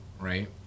right